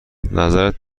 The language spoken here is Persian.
نظرت